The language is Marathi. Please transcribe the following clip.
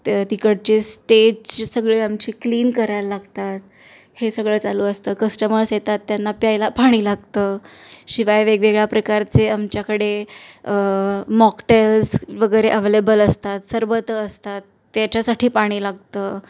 तर तिकडचे स्टेज सगळे आमचे क्लीन करायला लागतात हे सगळं चालू असतं कस्टमर्स येतात त्यांना प्यायला पाणी लागतं शिवाय वेगवेगळ्या प्रकारचे आमच्याकडे मॉकटेल्स वगैरे अव्हेलेबल असतात सरबतं असतात त्याच्यासाठी पाणी लागतं